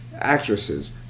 actresses